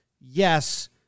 Yes